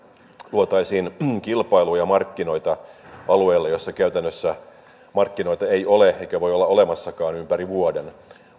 luotaisiin kilpailtuja markkinoita alueelle missä käytännössä markkinoita ei ole eikä voi olla olemassakaan ympäri vuoden